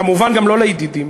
כמובן, גם ללא-ידידים.